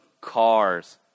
cars